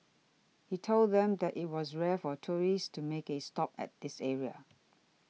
he told them that it was rare for tourists to make a stop at this area